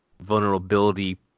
vulnerability